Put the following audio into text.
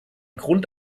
grund